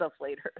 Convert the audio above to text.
later